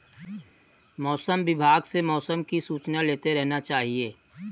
मौसम विभाग से मौसम की सूचना लेते रहना चाहिये?